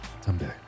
Someday